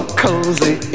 cozy